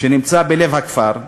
שנמצא בלב הכפר: